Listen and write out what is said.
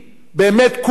באמת,